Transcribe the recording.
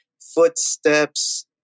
footsteps